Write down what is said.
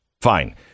fine